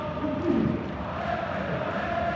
and i've come to you we were human